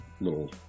little